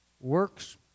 Works